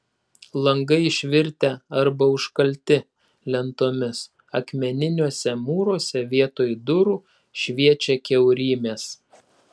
langai išvirtę arba užkalti lentomis akmeniniuose mūruose vietoj durų šviečia kiaurymės